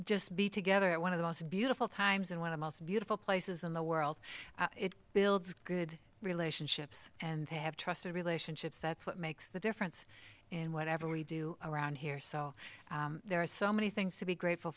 just be together at one of the most beautiful times in one of most beautiful places in the world it builds good relationships and they have trust relationships that's what makes the difference in whatever we do around here so there are so many things to be grateful